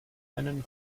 einen